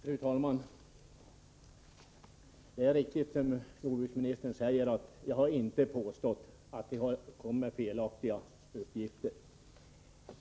Fru talman! Det är riktigt, som jordbruksministern säger, att jag inte har påstått att det har lämnats felaktiga uppgifter.